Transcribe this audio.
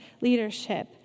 leadership